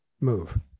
move